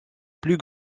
plus